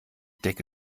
decke